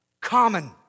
common